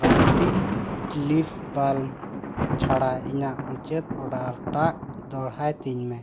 ᱪᱷᱟᱲᱟ ᱤᱧᱟᱹᱜ ᱢᱩᱪᱟᱹᱫ ᱴᱟᱜ ᱫᱚᱦᱲᱟᱭ ᱛᱤᱧ ᱢᱮ